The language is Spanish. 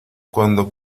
cuando